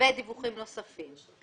ודיווחים נוספים.